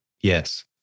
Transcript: Yes